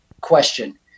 question